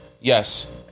Yes